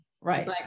right